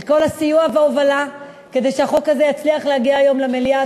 על כל הסיוע וההובלה כדי שהחוק הזה יצליח להגיע היום למליאה,